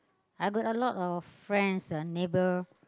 I got a lot of friends uh neighbor